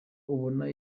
ubona